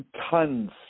tons